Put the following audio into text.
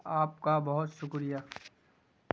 آپ کا بہت شکریہ